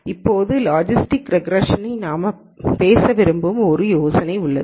இப்போது லாஜிஸ்டிக் ரெக்ரேஷனில் நாம் பேச விரும்பும் ஒரு யோசனை உள்ளது